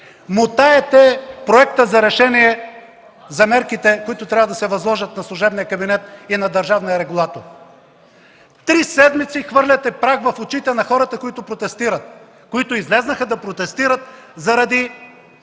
Мотаете проекта за решение за мерките, които трябва да се възложат на служебния кабинет и на държавния регулатор. Три седмици хвърляте прах в очите на хората, които протестират, които излязоха да протестират заради